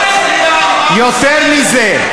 יותר מזה,